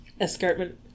Escarpment